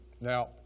Now